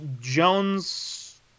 Jones